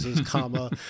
comma